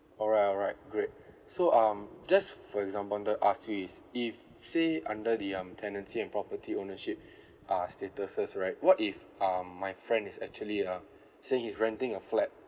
alright alright great so um just for as I wanted ask you is if say under the um tenancy and property ownership uh statuses right what if um my friend is actually um saying he's renting a flat